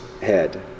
head